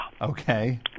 Okay